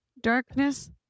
Darkness